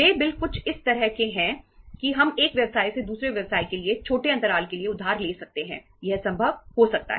देय बिल कुछ इस तरह है कि हम एक व्यवसाय से दूसरे व्यवसाय के लिए छोटे अंतराल के लिए उधार ले सकते हैं यह संभव हो सकता है